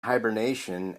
hibernation